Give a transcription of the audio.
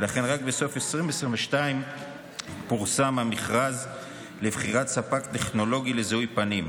ולכן רק בסוף שנת 2022 פורסם המכרז לבחירת ספק הטכנולוגיה לזיהוי פנים.